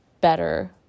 better